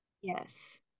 Yes